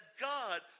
God